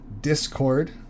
Discord